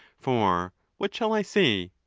for what shall i say?